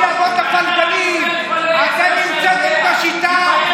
אתם המצאתם את השיטה,